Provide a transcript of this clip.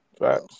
Right